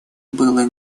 было